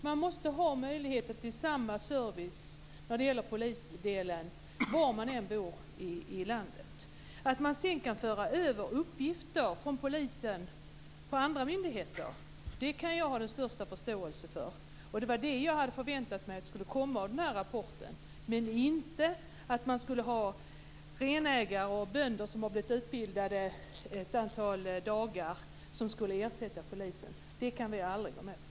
Man måste få samma service från polisen var man än bor i landet. Att man sedan kan föra över uppgifter från polisen till andra myndigheter kan jag ha den största förståelse för. Det var det jag hade förväntat mig skulle komma efter den här rapporten och inte att renägare och bönder skulle utbildas ett antal dagar för att ersätta polisen. Det kan vi aldrig gå med på.